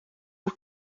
por